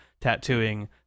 tattooing